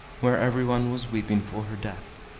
where everyone was weeping for her death,